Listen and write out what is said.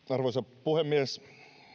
arvoisa puhemies